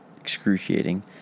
excruciating